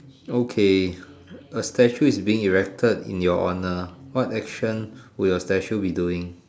okay a statue is being erected in your honor what action would your statue be doing